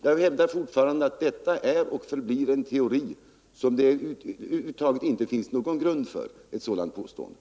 Jag hävdar fortfarande att det är och förblir en teori och att det inte finns någon grund för det påståendet.